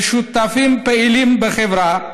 ושותפים פעילים בחברה,